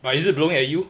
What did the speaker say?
but is it blowing at you